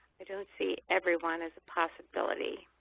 i don't see everyone as a possibility.